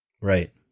Right